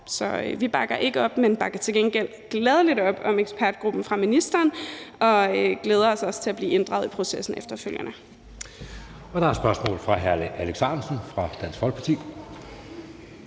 Så vi bakker ikke op, men vi bakker til gengæld gladeligt op om ekspertgruppen som foreslået af ministeren, og vi glæder os også til at blive inddraget i processen efterfølgende. Kl. 14:36 Anden næstformand (Jeppe Søe): Der er spørgsmål fra hr. Alex Ahrendtsen fra Dansk Folkeparti.